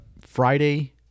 Friday